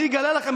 אני אגלה לכם,